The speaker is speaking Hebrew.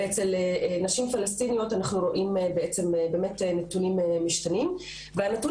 ואצל נשים פלשתינאיות אנחנו רואים נתונים משתנים והנתון